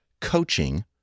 coaching